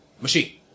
machine